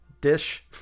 Dish